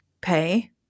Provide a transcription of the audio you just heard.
pay